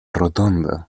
rotonda